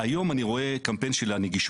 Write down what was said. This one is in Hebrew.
היום אני רואה את קמפיין הנגישות,